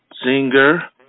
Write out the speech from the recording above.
Singer